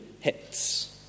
hits